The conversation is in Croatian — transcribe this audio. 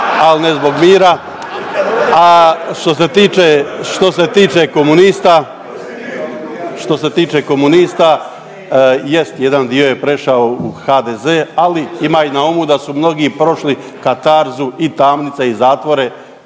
al ne zbog mira. A što se tiče, što se tiče komunista, što se tiče komunista jest, jedan dio je prešao u HDZ ali imaju na umu da su mnogi prošli katarzu i tamnice i zatvore